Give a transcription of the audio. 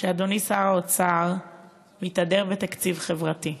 כשאדוני שר האוצר מתהדר בתקציב חברתי.